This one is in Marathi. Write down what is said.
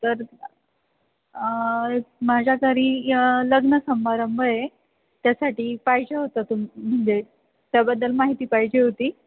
तर माझ्या घरी लग्न समारंभ आहे त्यासाठी पाहिजे होता तुम म्हणजे त्याबद्दल माहिती पाहिजे होती